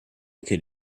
could